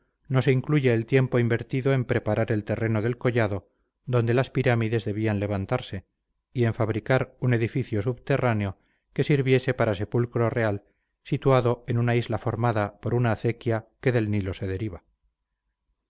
no se incluye el tiempo invertido en preparar el terreno del collado donde las pirámides debían levantarse y en fabricar un edificio subterráneo que sirviese para sepulcro real situado en una isla formada por una acequia que del nilo se deriva